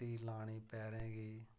जुत्ती लानी पैरें गी